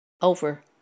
over